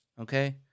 Okay